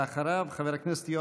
חבר הכנסת אבי ניסנקורן,